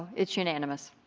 it's unanimous.